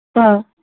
ꯑꯥ